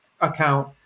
account